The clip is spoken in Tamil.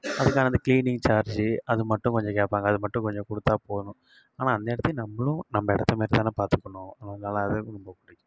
அதுக்கான அந்த கிளீனிங் சார்ஜ்ஜூ அது மட்டும் கொஞ்சம் கேட்பாங்க அது மட்டும் கொஞ்சம் கொடுத்தா போதும் ஆனால் அந்த இடத்தையும் நம்மளும் நம்ம இடத்தமாரி தானே பார்த்துக்குணும் அதனால அது ரொம்ப பிடிக்கும்